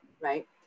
Right